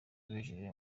bejeje